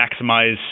maximize